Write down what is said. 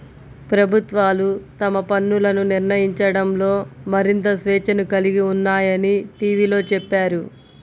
ప్రభుత్వాలు తమ పన్నులను నిర్ణయించడంలో మరింత స్వేచ్ఛను కలిగి ఉన్నాయని టీవీలో చెప్పారు